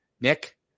Nick